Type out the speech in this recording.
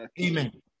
Amen